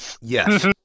Yes